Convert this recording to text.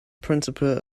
principle